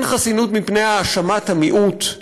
אין חסינות מפני האשמת המיעוט.